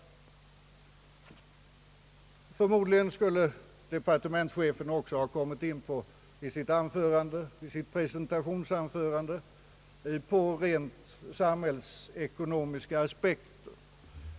Förmodligen skulle departementschefen i sitt presentationsanförande också ha kommit in på rent samhällsekonomiska aspekter.